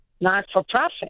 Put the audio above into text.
not-for-profit